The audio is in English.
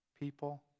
people